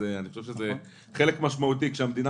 אני חושב שזה חלק משמעותי שכשהמדינה